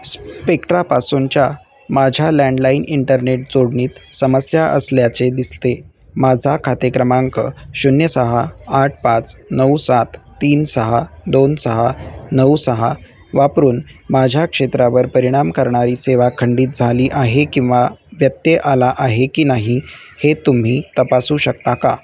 स्पेक्ट्रापासूनच्या माझ्या landline internet जोडणीत समस्या असल्याचे दिसते माझा खाते क्रमांक शून्य सहा आठ पाच नऊ सात तीन सहा दोन सहा नऊ सहा वापरून माझ्या क्षेत्रावर परिणाम करणारी सेवा खंडित झाली आहे किंवा व्यत्यय आला आहे की नाही हे तुम्ही तपासू शकता का